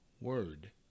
word